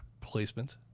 placement